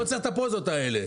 לא צריך את הפוזות הללו.